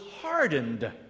hardened